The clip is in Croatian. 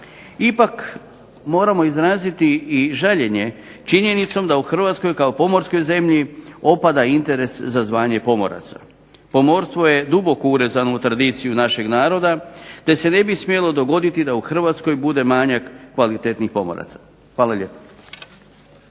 Ipak, moramo izraziti i žaljenje činjenicom da u Hrvatskoj kao pomorskoj zemlji opada interes za zvanje pomoraca. Pomorstvo je duboko urezano u tradiciju našeg naroda, te se ne bi smjelo dogoditi da u Hrvatskoj bude manjak kvalitetnih pomoraca. Hvala lijepo.